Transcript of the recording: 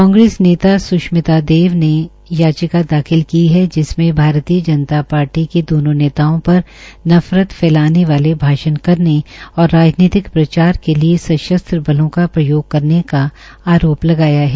कांग्रेस नेता स्शमिता देवी ने याचिका दाखिल की है जिसमें भारतीय जनता पार्टी के दोनों नेताओं पर नफरत फैलाने वाले भाषण करने और राजनीतिक प्रचार के लिये सशस्त्र बलों का प्रयोग करने का आरोप लगाया है